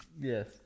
yes